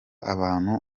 abantu